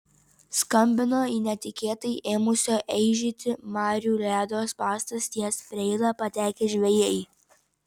skambino į netikėtai ėmusio eižėti marių ledo spąstus ties preila patekę žvejai